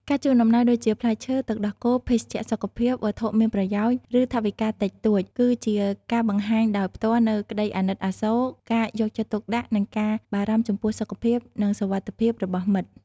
ការជូនអំណោយដូចជា ផ្លែឈើ ទឹកដោះគោ ភេសជ្ជៈសុខភាព វត្ថុមានប្រយោជន៍ ឬថវិកាតិចតួច គឺជាការបង្ហាញដោយផ្ទាល់នូវក្តីអាណិតអាសូរ ការយកចិត្តទុកដាក់ និងការបារម្ភចំពោះសុខភាព និងសុវត្ថិភាពរបស់មិត្ត។